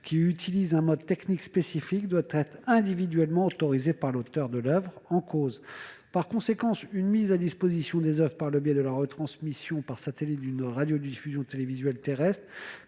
qui utilise un mode technique spécifique doit être autorisée par l'auteur de cette oeuvre. Par conséquent, une mise à disposition des oeuvres par le biais de la retransmission par satellite d'une radiodiffusion télévisuelle terrestre